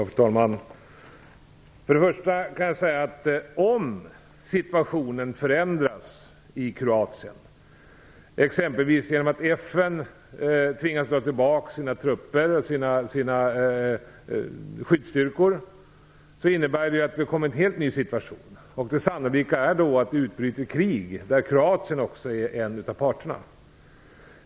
Fru talman! För det första kan jag säga att om förhållandena förändras i Kroatien, t.ex. genom att FN tvingas dra tillbaks sina skyddsstyrkor, innebär det att en helt ny situation uppstår. Det sannolika är då att det utbryter krig där Kroatien också är en av parterna.